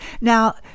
now